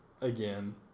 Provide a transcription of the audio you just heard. Again